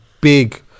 big